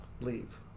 leave